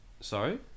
sorry